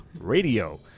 Radio